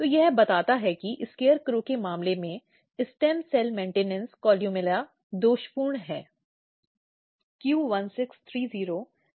तो यह बताता है कि scarecrow के मामले में स्टेम सेल रखरखाव कोलुमेला स्टेम सेल रखरखाव दोषपूर्ण है